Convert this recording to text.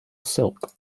silk